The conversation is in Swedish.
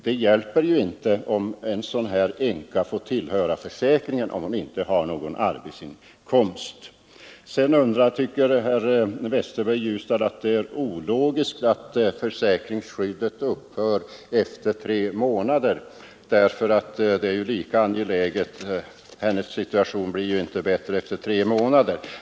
Det hjälper inte om hon får tillhöra försäkringen, om hon inte har någon arbetsinkomst. Herr Westberg i Ljusdal tycker att det är ologiskt att försäkringsskyddet upphör efter tre månader; änkans situation blir inte bättre efter tre månader.